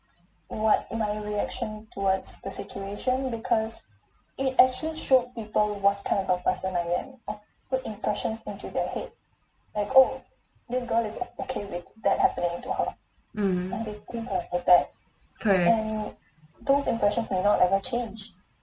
mm correct